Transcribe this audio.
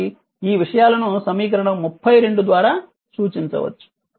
కాబట్టి ఈ విషయాలను సమీకరణం 32 ద్వారా సూచించవచ్చు